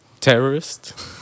Terrorist